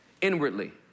inwardly